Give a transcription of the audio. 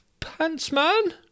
Pantsman